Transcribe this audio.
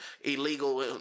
illegal